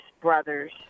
Brothers